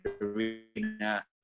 Arena